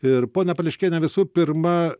ir ponia pališkiene visų pirma